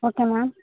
okay ma'am